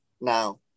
Now